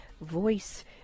voice